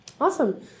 Awesome